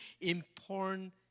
important